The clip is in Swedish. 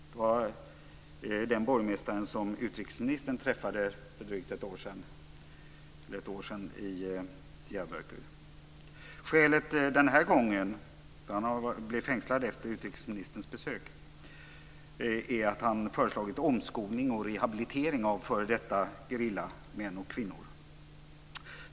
Det var den borgmästaren som utrikesministern träffade för ett år sedan i Diyarbakir. Skälet denna gång - han blev fängslad efter utrikesministerns besök - är att han föreslagit omskolning och rehabilitering av f.d. gerillamän och kvinnor.